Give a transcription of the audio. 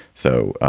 so.